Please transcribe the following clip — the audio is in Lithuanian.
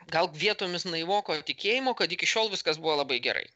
gal vietomis naivoko tikėjimo kad iki šiol viskas buvo labai gerai